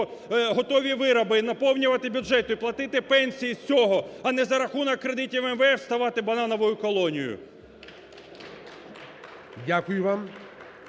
готові вироби, наповнювати бюджет і платити пенсії з цього, а не за рахунок кредитів МВФ ставати банановою колонією. ГОЛОВУЮЧИЙ.